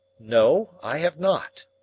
no, i have not.